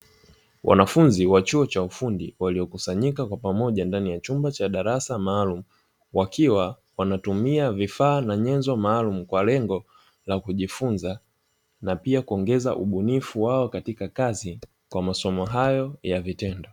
Wanafunzi wa chuo cha ufundi, waliokusanyika kwa pamoja ndani ya chumba cha darasa maalumu, wakiwa wanatumia vifaa na nyenzo maalumu, kwa lengo la kujifunza na pia kuongeza ubunifu wao katika kazi, kwa masomo hayo ya vitendo.